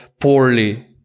poorly